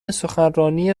سخنرانی